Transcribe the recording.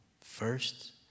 first